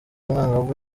umwangavu